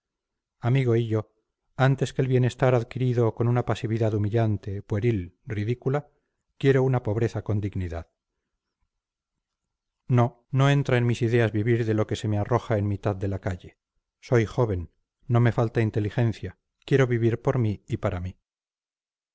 amigo hillo antes que el bienestar adquirido con una pasividad humillante pueril ridícula quiero una pobreza con dignidad no no entra en mis ideas vivir de lo que se me arroja en mitad de la calle soy joven no me falta inteligencia quiero vivir por mí y para mí